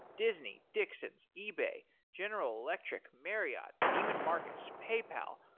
disney, dixons, ebay, general electric, marriott, neiman marcus, paypal,